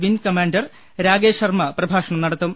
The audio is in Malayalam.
വിംഗ് കമാൻഡർ രാകേഷ് ശർമ്മ പ്രഭാഷണം നട ത്തും